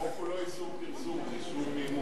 החוק הוא לא איסור פרסום, הוא איסור מימון.